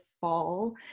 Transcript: fall